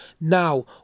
Now